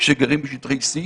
שגרים בשטחי C,